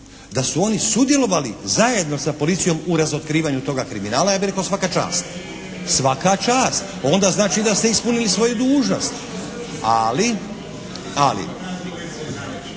da su oni sudjelovali zajedno sa policijom u razotkrivanju toga kriminala ja bih rekao svaka čast, svaka čast. Onda znači da ste ispunili svoju dužnost. Ali, ali